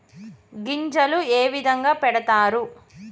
గింజలు ఏ విధంగా పెడతారు?